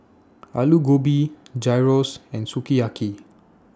Alu Gobi Gyros and Sukiyaki